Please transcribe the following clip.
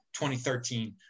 2013